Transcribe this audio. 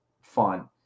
fun